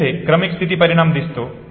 जेथे क्रमीक स्थिती परिणाम दिसतो